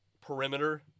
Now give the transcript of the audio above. perimeter